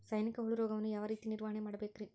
ಸೈನಿಕ ಹುಳು ರೋಗವನ್ನು ಯಾವ ರೇತಿ ನಿರ್ವಹಣೆ ಮಾಡಬೇಕ್ರಿ?